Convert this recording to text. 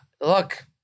look